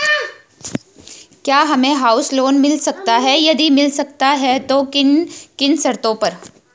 क्या हमें house loan मिल सकता है यदि मिल सकता है तो किन किन शर्तों पर?